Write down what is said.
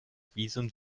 visum